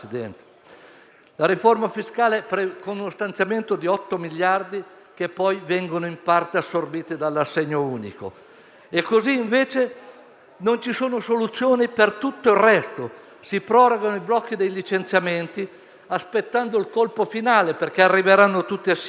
la riforma fiscale, si prevede uno stanziamento di 8 miliardi, che poi vengono in parte assorbiti dall'assegno unico. Non ci sono soluzioni per tutto il resto: si proroga il blocco dei licenziamenti aspettando il colpo finale, perché arriveranno tutti assieme.